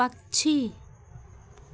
पक्षी